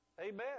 Amen